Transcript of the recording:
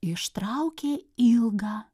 ištraukė ilgą